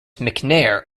mcnair